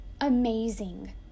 amazing